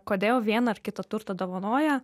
kodėl vieną ar kitą turtą dovanoja